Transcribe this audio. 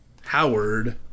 Howard